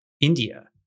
India